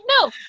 No